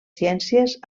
ciències